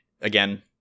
again